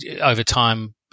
over-time